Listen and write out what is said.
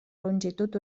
longitud